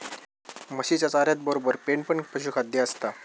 म्हशीच्या चाऱ्यातबरोबर पेंड पण पशुखाद्य असता